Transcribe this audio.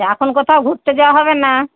এখন কোথাও ঘুরতে যাওয়া হবে না